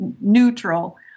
neutral